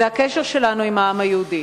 זה הקשר שלנו עם העם היהודי.